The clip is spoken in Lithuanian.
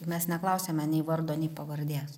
mes neklausiame nei vardo nei pavardės